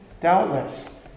Doubtless